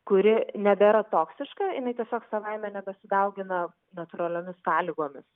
kuri nebėra toksiška jinai tiesiog savaime nebesidaugina natūraliomis sąlygomis